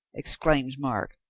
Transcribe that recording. exclaimed mark,